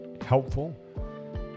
helpful